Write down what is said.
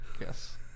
Yes